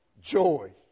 joy